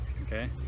okay